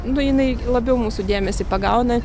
nu jinai labiau mūsų dėmesį pagauna